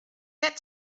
that